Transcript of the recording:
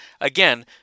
again